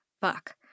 Fuck